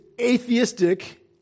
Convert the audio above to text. atheistic